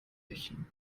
rächen